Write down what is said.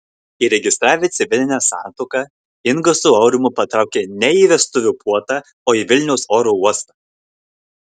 įregistravę civilinę santuoką inga su aurimu patraukė ne į vestuvių puotą o į vilniaus oro uostą